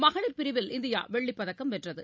மகளிர் பிரிவில் இந்தியாவெள்ளிப்பதக்கம் வென்றது